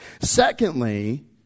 Secondly